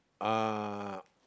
uh